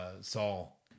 Saul